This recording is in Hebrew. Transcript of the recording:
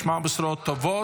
והיא תיכנס לספר החוקים.